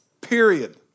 period